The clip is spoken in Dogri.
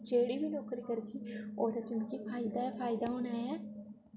मीं जेह्ड़ी बी नौकरी करगी ओह्दे च मिगी फायदा गै फायदा होना ऐ